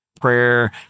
prayer